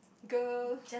girl